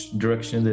direction